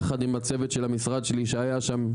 יחד עם הצוות של המשרד שלי שהיה שם,